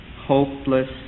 hopeless